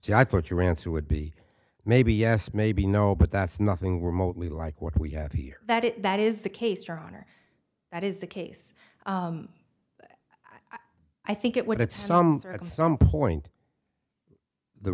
gee i thought your answer would be maybe yes maybe no but that's nothing remotely like what we have here that is that is the case your honor that is the case i think it would at some point the